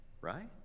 right